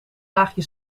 laagje